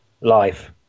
life